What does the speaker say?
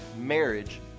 marriage